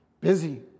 busy